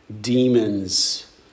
demons